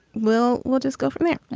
we'll we'll just go from there.